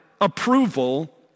approval